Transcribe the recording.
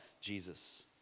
Jesus